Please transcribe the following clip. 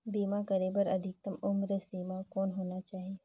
बीमा करे बर अधिकतम उम्र सीमा कौन होना चाही?